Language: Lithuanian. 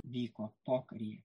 vyko pokaryje